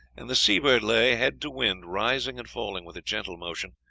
and the seabird lay, head to wind, rising and falling with a gentle motion,